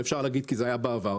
אפשר להגיד כי זה היה בעבר.